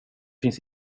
finns